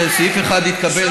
שסעיף 1 יתקבל,